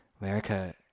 america